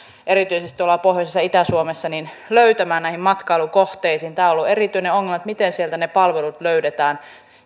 erityisesti tuolla pohjoisessa ja itä suomessa löytämään näihin matkailukohteisiin tämä on ollut erityinen ongelma miten sieltä ne palvelut löydetään